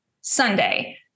Sunday